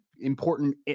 important –